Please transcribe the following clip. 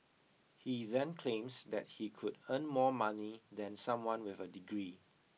he then claims that he could earn more money than someone with a degree